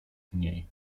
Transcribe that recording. mniej